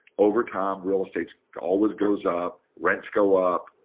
over time, real estate always goes up. rents go up.